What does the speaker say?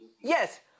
Yes